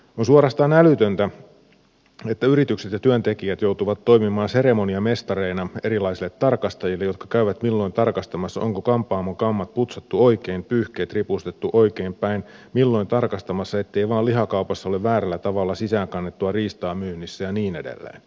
on suorastaan älytöntä että yritykset ja työntekijät joutuvat toimimaan seremoniamestareina erilaisille tarkastajille jotka käyvät milloin tarkastamassa onko kampaamon kammat putsattu oikein pyyhkeet ripustettu oikeinpäin milloin tarkastamassa ettei vain lihakaupassa ole väärällä tavalla sisään kannettua riistaa myynnissä ja niin edelleen